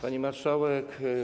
Pani Marszałek!